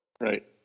Right